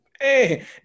hey